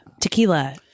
tequila